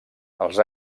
els